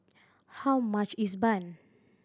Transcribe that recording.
how much is bun